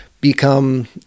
become